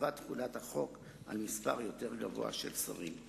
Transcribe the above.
בהרחבת תחולת החוק על מספר יותר גבוה של שרים.